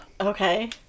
Okay